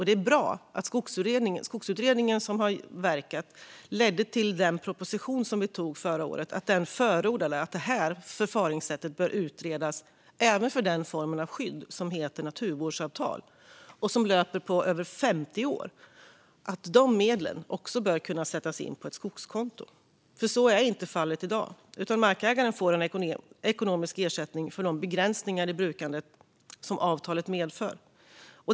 Det är bra att Skogsutredningen ledde till den proposition som vi antog förra året, det vill säga att förfaringssättet bör utredas även för den formen av skydd som heter naturvårdsavtal och som löper på över 50 år. De medlen bör också kunna sättas in på ett skogskonto. Så är inte fallet i dag, utan markägaren får en ekonomisk ersättning för de begränsningar i brukandet som avtalet medför.